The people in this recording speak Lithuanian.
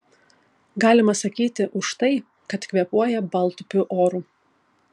galima sakyti už tai kad kvėpuoja baltupių oru